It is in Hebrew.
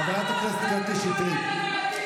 חברת הכנסת קטי שטרית.